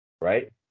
Right